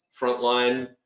frontline